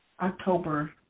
October